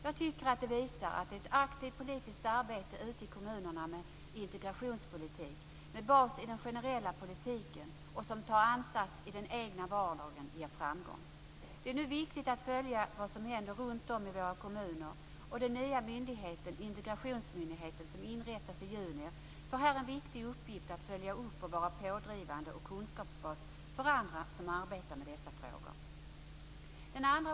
Jag tycker att detta visar att ett aktivt politiskt arbete ute i kommunerna med integrationspolitik, ett arbete som har sin bas i den generella politiken och som tar ansats i den egna vardagen, ger framgång. Det är nu viktigt att följa vad som händer runt om i våra kommuner. Den nya myndigheten, integrationsmyndigheten som inrättas i juni, får här en viktig uppgift i att följa upp, vara pådrivande och kunskapsbas för andra som arbetar med dessa frågor.